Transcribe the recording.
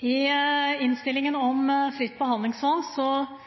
I innstillingen om fritt behandlingsvalg